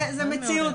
זה מציאות.